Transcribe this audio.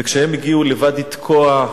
וכשהם הגיעו לוואדי תקוע,